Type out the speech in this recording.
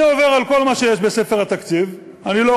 אני עובר על כל מה שיש בספר התקציב,